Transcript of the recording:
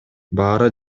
баары